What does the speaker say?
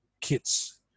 kits